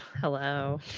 hello